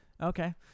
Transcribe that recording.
Okay